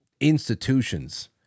institutions